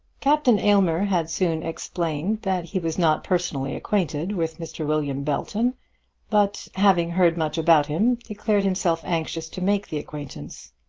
captain aylmer had soon explained that he was not personally acquainted with mr. william belton but, having heard much about him, declared himself anxious to make the acquaintance.